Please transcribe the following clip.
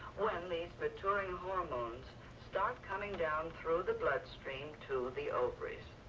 when these maturing hormones start coming down through the bloodstream to the ovaries.